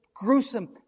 gruesome